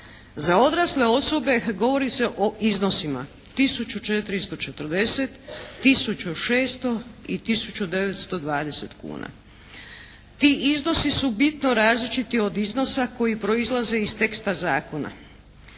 Za odrasle osobe govori se o iznosima tisuću 440, tisuću 600 i tisuću 920 kuna. Ti iznosi su bitno različiti od iznosa koji proizlaze iz teksta zakona.